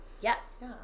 Yes